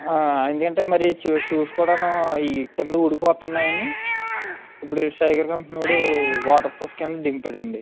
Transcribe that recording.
ఎందుకంటే మరి shoes shoes కూడాను ఈ కింద ఊడిపోతున్నాయి అని ఇప్పుడు స్ట్రైకర్ కంపెనీవాడు వాటర్ ప్రూఫ్ కింద దింపాడండి